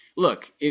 Look